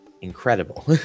Incredible